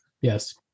yes